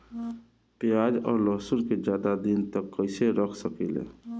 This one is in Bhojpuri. प्याज और लहसुन के ज्यादा दिन तक कइसे रख सकिले?